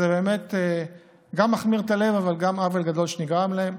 זה גם מכמיר את הלב, אבל גם עוול גדול שנגרם להם.